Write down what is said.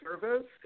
service